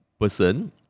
person